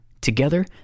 Together